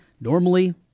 Normally